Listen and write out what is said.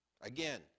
Again